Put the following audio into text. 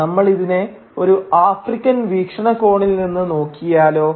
നമ്മൾ ഇതിനെ ഒരു ആഫ്രിക്കൻ വീക്ഷണകോണിൽ നിന്ന് നോക്കിയാലോ